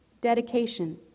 Dedication